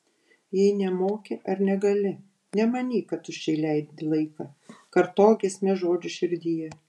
jei nemoki ar negali nemanyk kad tuščiai leidi laiką kartok giesmės žodžius širdyje